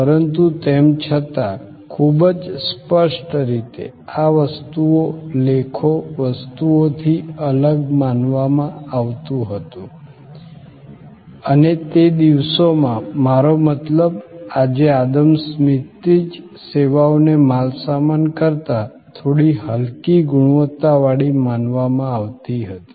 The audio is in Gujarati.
પરંતુ તેમ છતાં ખૂબ જ સ્પષ્ટ રીતે આ વસ્તુઓ લેખો વસ્તુઓથી અલગ માનવામાં આવતું હતું અને તે દિવસોમાં મારો મતલબ આજે આદમ સ્મિથથી જ સેવાઓને માલસામાન કરતાં થોડી હલકી ગુણવત્તાવાળી માનવામાં આવતી હતી